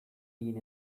been